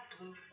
blue